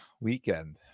Weekend